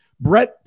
Brett